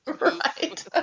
Right